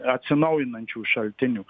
atsinaujinančių šaltinių